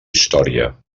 història